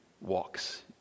walks